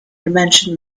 dimension